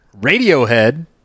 Radiohead